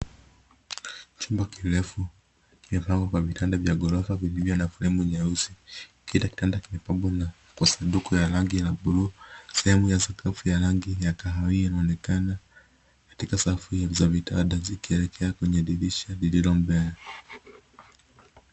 Chumba kirefu kimepangwa kwa vitanda vya gorofa vilivyo na fremu nyeusi. Kila kitanda kimepambwa na sanduku ya rangi ya na blue . Sehemu ya sakafu ya rangi ya kahawia inaonekana katika safu za vitanda zikielekea kwenye dirisha lililo mbele.